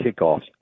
kickoffs